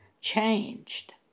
changed